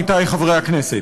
עמיתי חברי הכנסת,